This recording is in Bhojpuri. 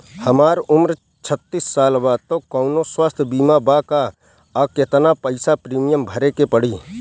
हमार उम्र छत्तिस साल बा त कौनों स्वास्थ्य बीमा बा का आ केतना पईसा प्रीमियम भरे के पड़ी?